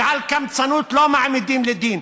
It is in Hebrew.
ועל קמצנות לא מעמידים לדין.